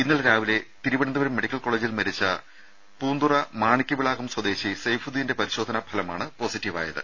ഇന്നലെ രാവിലെ തിരുവനന്തപുരം മെഡിക്കൽ കോളേജിൽ മരിച്ച പൂന്തുറ മാണിക്യവിളാകം സ്വദേശി സെയ്ഫുദ്ദീന്റെ പരിശോധനാ ഫലമാണ് പോസിറ്റീവായത്